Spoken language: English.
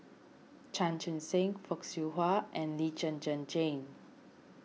Chan Chun Sing Fock Siew Wah and Lee Zhen Zhen Jane